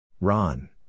Ron